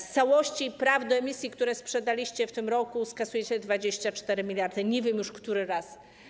Z całości praw do emisji, które sprzedaliście w tym roku, skasujecie 24 mld, nie wiem, który już raz.